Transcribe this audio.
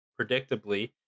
Predictably